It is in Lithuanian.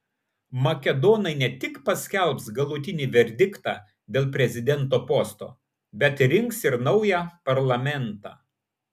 makedonai ne tik paskelbs galutinį verdiktą dėl prezidento posto bet rinks ir naują parlamentą